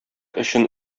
өчен